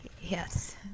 Yes